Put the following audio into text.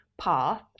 path